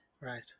Right